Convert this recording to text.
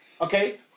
Okay